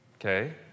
Okay